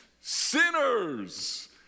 sinners